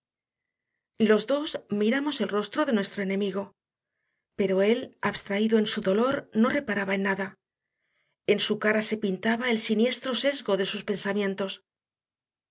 los dos miramos el rostro de nuestro enemigo pero él abstraído en su dolor no reparaba en nada en su cara se pintaba el siniestro sesgo de sus pensamientos